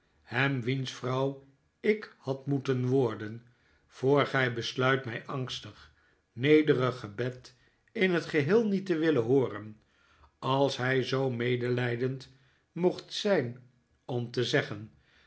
hem wiens vrouw ik had moeten worden voor gij besluit mijn angstig nederig gebed in het geheel niet te willen hooren als hij zoo medelijdend mocht zijn om te zeggen